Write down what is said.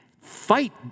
fight